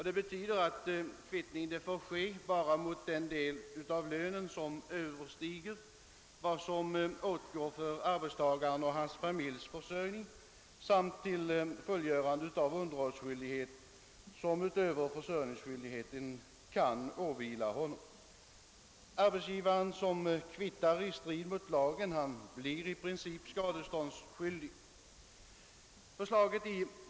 Det innebär att kvittning bara får ske mot den del av lönen som överstiger vad som åtgår för arbetstagarens och hans familjs försörjning samt för fullgörande av underhållsskyldighet som utöver försörjningsskyldigheten kan åvila honom. Arbetsgivare som kvittar i strid mot lagen blir i princip skadeståndsskyldig.